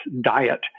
diet